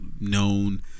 known